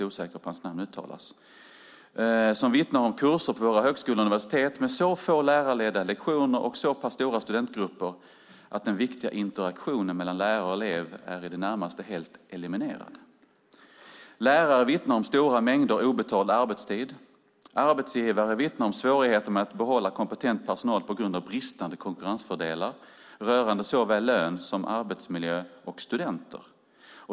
Den vittnar om kurser på våra högskolor och universitet med så få lärarledda lektioner och så stora studentgrupper att den viktiga interaktionen mellan lärare och elev i det närmaste är helt eliminerad. Lärare vittnar om stora mängder obetald arbetstid. Arbetsgivare vittnar om svårigheter att behålla kompetent personal på grund av bristande konkurrensfördelar rörande såväl lön som arbetsmiljö och studenter.